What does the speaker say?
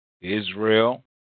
Israel